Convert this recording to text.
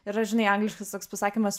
yra žinai angliškas toks pasakymas